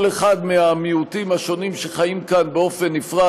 אחד מהמיעוטים שחיים כאן באופן נפרד,